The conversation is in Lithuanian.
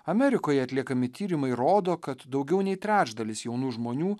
amerikoje atliekami tyrimai rodo kad daugiau nei trečdalis jaunų žmonių